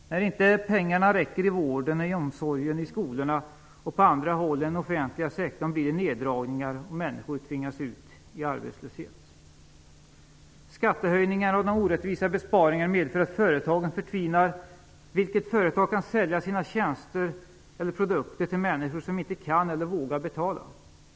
När pengarna inte räcker i vården, i omsorgen, till skolorna och på andra håll i den offentliga sektorn blir det neddragningar och människor tvingas ut i arbetslöshet. Skattehöjningarna och de orättvisa besparingarna medför att företagen förtvinar. Vilket företag kan sälja sina tjänster eller produkter till människor som inte kan eller vågar betala?